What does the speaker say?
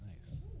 Nice